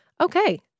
Okay